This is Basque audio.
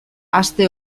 aste